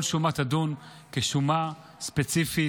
כל שומה תידון כשומה ספציפית,